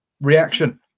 reaction